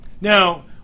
Now